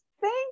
Thank